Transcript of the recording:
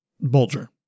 Bulger